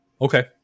okay